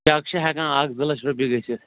چک چھِ ہٮ۪کان اَکھ زٕ لَچھ رۄپیہِ گٔژھِتھ